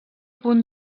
punt